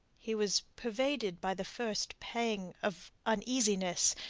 he was pervaded by the first pang of uneasiness.